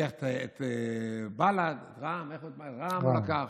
לוקח את בל"ד, רע"מ, את רע"מ הוא לקח.